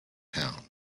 town